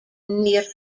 nearby